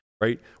right